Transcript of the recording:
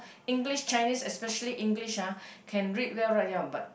English Chinese especially English ah can read well right ya but